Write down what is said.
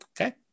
Okay